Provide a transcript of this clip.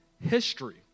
history